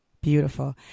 beautiful